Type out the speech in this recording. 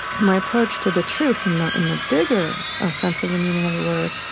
my approach to the truth, in the in the bigger ah sense of the meaning of the word,